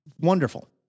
wonderful